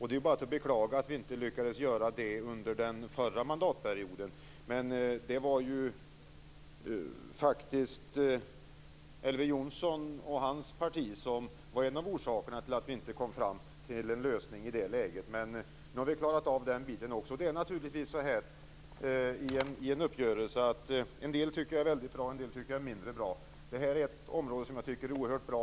Det är bara att beklaga att vi inte lyckades göra det under den förra mandatperioden, men det var ju faktiskt Elver Jonsson och hans parti som var en av orsakerna till att vi inte kom fram till en lösning i det läget. Men nu har vi klarat av den biten också. I en uppgörelse är det naturligtvis så här: En del tycker jag är väldigt bra och annat tycker jag är mindre bra. Det här är ett område som jag tycker är oerhört bra.